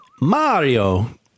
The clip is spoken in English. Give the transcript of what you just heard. Mario